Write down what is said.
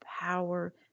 power